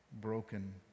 broken